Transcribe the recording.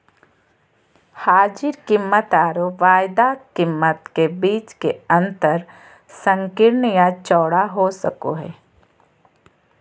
हाजिर कीमतआरो वायदा कीमत के बीच के अंतर संकीर्ण या चौड़ा हो सको हइ